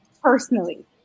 personally